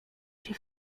się